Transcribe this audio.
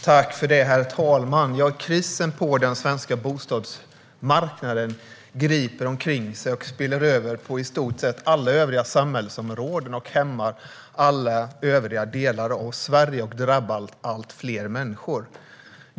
Herr talman! Krisen på den svenska bostadsmarknaden griper omkring sig, spiller över på i stort sett alla övriga samhällsområden, hämmar alla övriga delar av Sverige och drabbar allt fler människor.